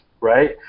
right